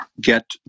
get